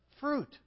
fruit